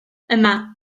yma